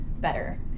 better